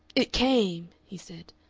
it came, he said.